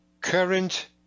current